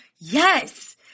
Yes